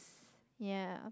yeah